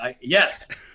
yes